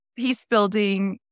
peacebuilding